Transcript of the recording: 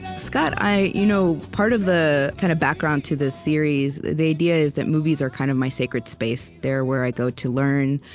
scott, you know part of the kind of background to this series the idea is that movies are kind of my sacred space. they're where i go to learn,